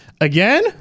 Again